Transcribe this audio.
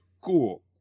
Cool